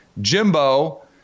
Jimbo